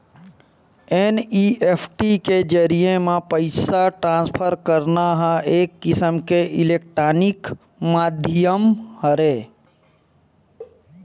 NEFT के जरिए म पइसा ट्रांसफर करना ह एक किसम के इलेक्टानिक माधियम हरय